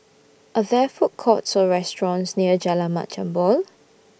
Are There Food Courts Or restaurants near Jalan Mat Jambol